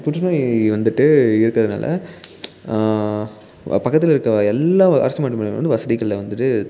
புற்றுநோய் வந்துவிட்டு இருக்கிறதுனால வ பக்கத்தில் இருக்க எல்லாம் அரசு மருத்துவமனையில் வந்து வசதிகளை வந்துவிட்டு